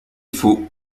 faux